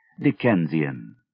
Dickensian